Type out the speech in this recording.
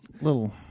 little